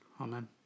Amen